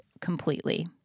completely